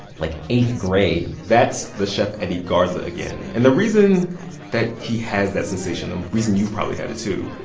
like, eighth grade that's the chef eddie garza again. and the reason that he has that sensation, the reason you've probably had it too,